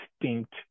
distinct